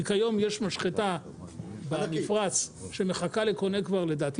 כי כיום יש משחטה במפרץ שמחכה לקונה כבר לדעתי